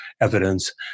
evidence